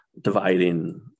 dividing